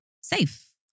safe